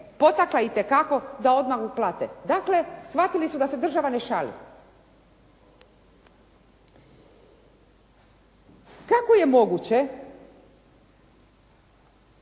potakla itekako da odmah uplate. Dakle, shvatili su da se država ne šali. Kako je moguće